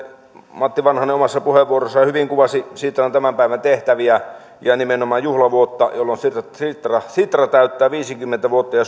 matti vanhanen omassa puheenvuorossaan hyvin kuvasi sitran tämän päivän tehtäviä ja nimenomaan juhlavuotta jolloin sitra sitra täyttää viisikymmentä vuotta ja